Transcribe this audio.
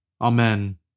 Amen